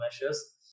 measures